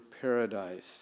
paradise